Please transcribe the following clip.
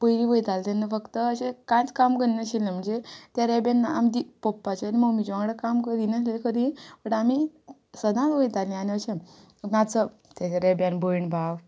पयलीं वयतालें तेन्ना फक्त अशें कांयच काम करना आशिल्लें म्हणजे त्या रेब्यान आमी ती पप्पाचे आनी मम्मीचे वांगडा काम करिनासललीं खरीं बट आमी सदांच वयतालीं आनी अशें नाचप तेच्या रेब्यान भयण भाव